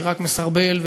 שרק מסרבל,